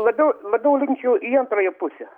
labiau manau linkčiau į antrąją pusę